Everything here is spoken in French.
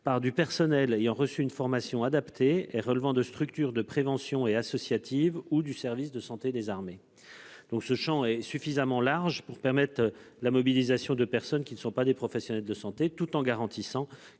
par du personnel ayant reçu une formation adaptée et relevant de structures de prévention et associatives ou du service de santé des armées ». Ce champ est suffisamment large pour permettre la mobilisation de personnes qui ne sont pas des professionnels de santé, tout en garantissant